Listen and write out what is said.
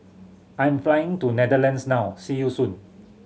I'm flying to Netherlands now see you soon